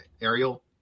Ariel